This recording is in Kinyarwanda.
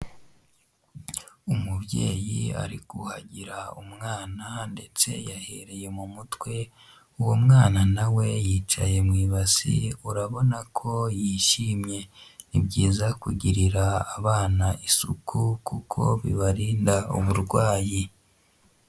Umubyeyi ari kuhagira umwana ndetse yahereye mu mutwe, uwo mwana na we yicaye mu i ibasi urabona ko yishimye. Ni byiza kugirira abana isuku kuko bibarinda uburwayi.